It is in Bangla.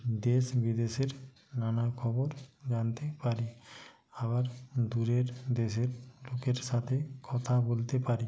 দেশ বিদেশের নানা খবর জানতে পারি আর দূরের দেশের লোকের সাথে কথা বলতে পারি